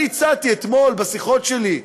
אני הצעתי אתמול, בשיחות שלי,